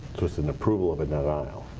just an approval of it not denial.